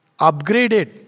upgraded